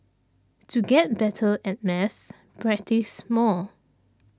to get better at maths practise more